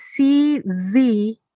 CZ